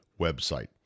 website